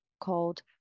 called